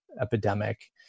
epidemic